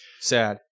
Sad